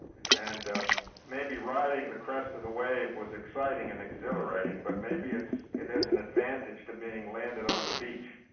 and um maybe riding the crest of the wave was exciting and exhilarating, but maybe ah there is an advantage to being landed on the beach.